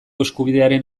eskubidearen